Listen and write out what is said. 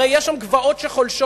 הרי יש גבעות שחולשות.